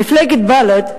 מפלגת בל"ד,